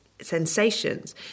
sensations